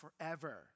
forever